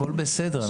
הכול בסדר,